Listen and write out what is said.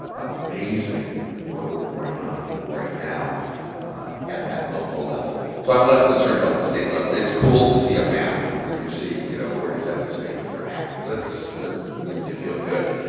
amazing work going on right now at that local level. so i'm less concerned about the state level. it's cool to see a map where you see you know forty seven states that are active. that makes you feel good.